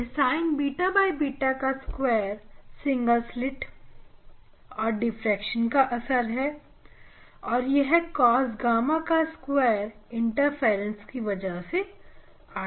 यह Sinββ का square single slit और डिफ्रेक्शन का असर है और यह cos gamma का स्क्वायर इंटरफ्रेंस की वजह से आ रहा है